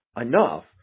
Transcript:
enough